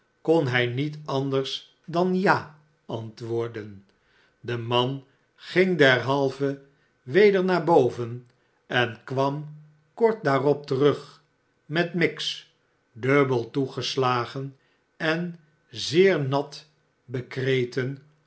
kon hij niet omtrent het anders dan ja antwoorden de man ging derhalve weder naar boven en kwam kort daarop terug met miggs dubbel toegeslagen en zeer nat